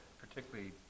particularly